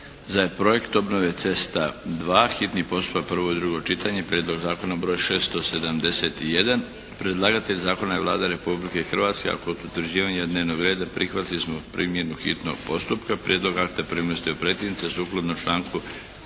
za projekt obnove cesta II, hitni postupak, prvo i drugo čitanje, P.Z. br. 671; Predlagatelj zakona je Vlada Republike Hrvatske, a kod utvrđivanja dnevnog reda prihvatili smo primjenu hitnog postupka. Prijedlog akta primili ste u pretince sukladno članku